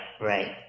right